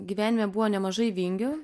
gyvenime buvo nemažai vingių